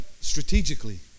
strategically